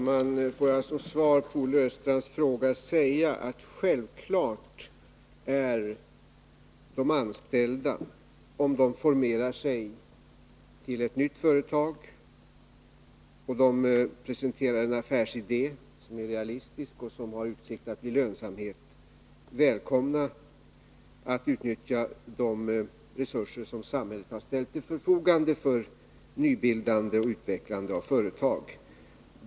Herr talman! Som svar på Olle Östrands fråga vill jag säga att självfallet är de anställda, om de bildar ett nytt företag och presenterar en affärsidé som är realistisk och som har utsikter till lönsamhet, välkomna att utnyttja de resurser som samhället har ställt till sitt förfogande för nybildande och utvecklande av företag.